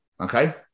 Okay